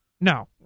No